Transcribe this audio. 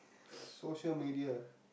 social media